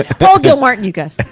ah paul gilmartin, you guys!